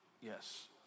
Yes